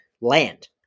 land